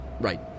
Right